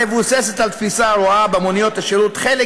המבוססת על התפיסה הרואה במוניות השירות חלק